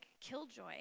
killjoy